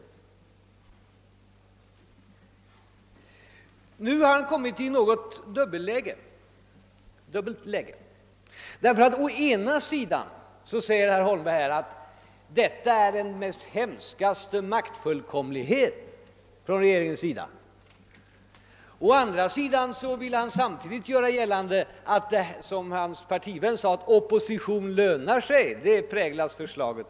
Herr Holmberg har nu hamnat i en något kluven position. Å ena sidan säger herr Holmberg att förslaget är ett uttryck för den hemskaste maktfullkomlighet inom regeringen. Å andra sidan vill han göra gällande att, såsom hans partivän sade, förslaget präglas av att »opposition lönar sig».